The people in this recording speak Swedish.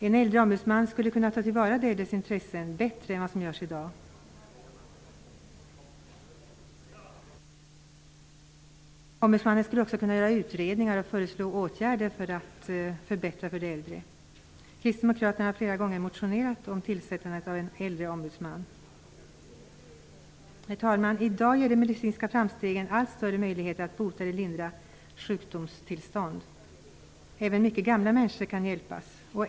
En äldreombudsman skulle kunna ta till vara deras intressen bättre än vad som görs i dag. Ombudsmannen skulle också kunna göra utredningar och förslå åtgärder för att förbättra för de äldre. Kristdemokraterna har flera gånger motionerat om tillsättandet av en äldreombudsman. Herr talman! I dag ger de medicinska framstegen allt större möjligheter att bota och lindra sjukdomstillstånd. Även mycket gamla människor kan hjälpas.